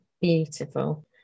Beautiful